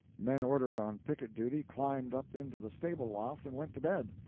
men ordered on picket duty climbed up into the stable-loft and went to bed.